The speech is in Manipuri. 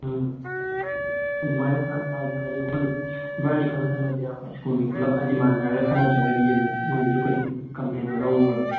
ꯎꯝ ꯑꯗꯨꯃꯥꯏꯅ ꯈꯔ ꯍꯥꯏꯗꯅ ꯑꯩꯈꯣꯏ ꯏꯕꯥꯟꯅꯤꯈꯛꯇ ꯈꯟꯅꯕ ꯌꯥꯔꯣꯏ ꯑꯩꯈꯣꯏ ꯁ꯭ꯀꯨꯜꯒꯤ ꯄꯨꯂꯞ ꯍꯥꯏꯗꯤ ꯃꯥꯟꯅꯔꯒ ꯈꯟꯅꯗ꯭ꯔꯒꯗꯤ ꯑꯃꯨꯛ ꯃꯣꯏꯅꯁꯨ ꯀꯩꯁꯨ ꯀꯝꯄ꯭ꯂꯦꯟꯗꯣ ꯂꯧꯔꯣꯏꯕ